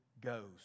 goes